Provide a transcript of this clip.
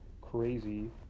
crazy